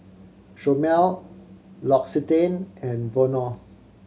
Chomel L'Occitane and Vono